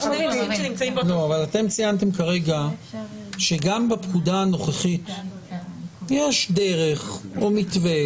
אבל אתם ציינתם כרגע שגם בפקודה הנוכחית יש דרך או מתווה